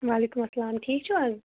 وعلیکُم السلام ٹھیٖک چھُو حظ